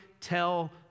tell